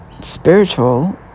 spiritual